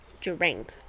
Drink